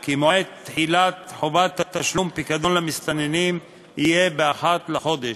כי מועד תחילת חובת תשלום פיקדון למסתננים יהיה ב-1 בחודש,